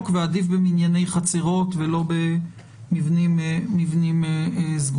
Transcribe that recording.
ועדיף במנייני חצרות ולא במבנים סגורים.